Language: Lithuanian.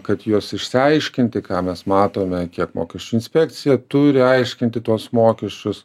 kad juos išsiaiškinti ką mes matome kiek mokesčių inspekcija turi aiškinti tuos mokesčius